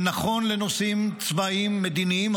זה נכון לנושאים צבאיים מדיניים,